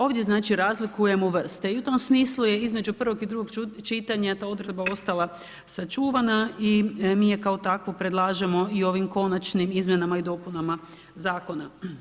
Ovdje znači razlikujemo vrste i u tom smislu je između prvog i drugog čitanja ta odredba ostala sačuvana i mi ju kao takvu predlažemo i ovim konačnim izmjenama i dopunama zakona.